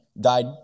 died